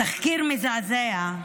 תחקיר מזעזע.